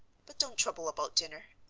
but don't trouble about dinner.